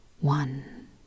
One